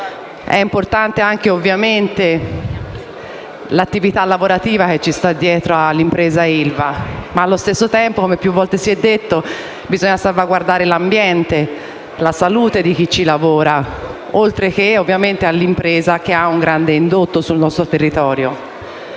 È importante anche l'attività lavorativa che sta dietro all'impresa ILVA; allo stesso tempo, come più volte si è detto, bisogna salvaguardare l'ambiente e la salute di chi ci lavora, oltre che l'impresa, che ha un grande indotto sul territorio.